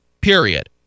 period